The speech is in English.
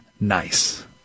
nice